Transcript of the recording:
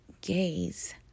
gaze